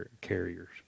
carriers